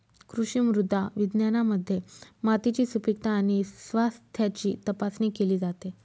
कृषी मृदा विज्ञानामध्ये मातीची सुपीकता आणि स्वास्थ्याची तपासणी केली जाते